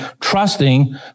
trusting